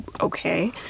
okay